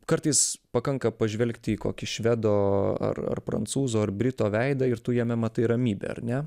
kartais pakanka pažvelgti į kokį švedo ar ar prancūzo ar brito veidą ir tu jame matai ramybę ar ne